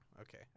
okay